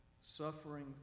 suffering